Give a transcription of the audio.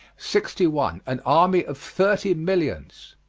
sixty one. an army of thirty millions.